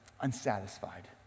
unsatisfied